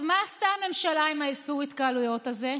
מה עשתה הממשלה עם איסור ההתקהלויות הזה?